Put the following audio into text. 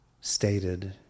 stated